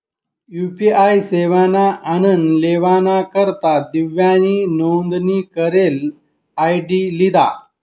UPI सेवाना आनन लेवाना करता दिव्यानी नोंदनी करेल आय.डी लिधा